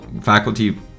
faculty